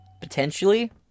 potentially